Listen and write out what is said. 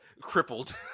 crippled